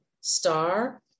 star